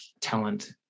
talent